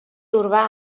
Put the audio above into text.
urbà